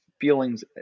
feelings